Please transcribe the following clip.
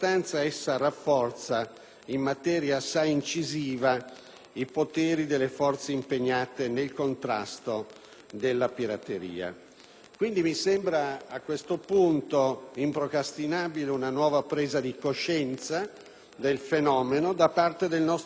in maniera assai incisiva i poteri delle forze impegnate nel contrasto alla pirateria. A questo punto, mi sembra improcrastinabile una nuova presa di coscienza del fenomeno da parte del nostro Paese e pertanto,